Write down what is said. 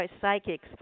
psychics